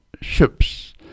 ships